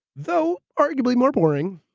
though arguably more boring,